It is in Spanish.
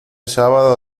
sábado